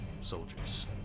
soldiers